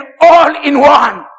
all-in-one